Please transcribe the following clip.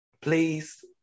Please